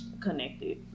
connected